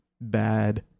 bad